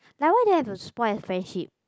like why do you have to spoil a friendship